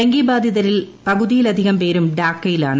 dengue ബാധിതരിൽ പകുതിയിലധികം പേരും ഡാക്കയിലാണ്